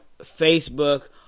Facebook